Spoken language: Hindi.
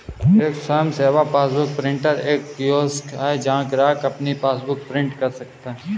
एक स्वयं सेवा पासबुक प्रिंटर एक कियोस्क है जहां ग्राहक अपनी पासबुक प्रिंट कर सकता है